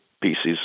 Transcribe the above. pieces